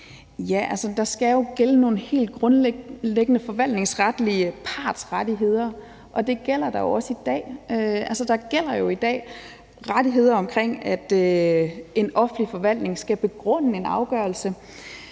der skal jo gælde nogle helt grundlæggende forvaltningsretlige partsrettigheder, og det gælder der jo også i dag. Altså, der gælder jo i dag rettigheder om, at en offentlig forvaltning skal begrunde en afgørelse,